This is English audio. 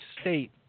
state